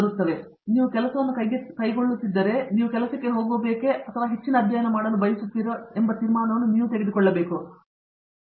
ಇದೀಗ ನೀವು ಈ ಕೆಲಸವನ್ನು ಕೈಗೊಳ್ಳುತ್ತಿದ್ದರೆ ನೀವು ಕೆಲಸಕ್ಕೆ ಹೋಗಬೇಕೆ ಅಥವಾ ಹೆಚ್ಚಿನ ಅಧ್ಯಯನ ಮಾಡಲು ಬಯಸುತ್ತೀರೋ ಎಂದು ನೀವು ಈ ತೀರ್ಮಾನ ತೆಗೆದುಕೊಳ್ಳುತ್ತೀರಿ ಆ ತೀರ್ಮಾನವನ್ನು ತೆಗೆದುಕೊಳ್ಳುತ್ತೀರಿ